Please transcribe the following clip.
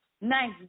nice